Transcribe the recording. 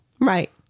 Right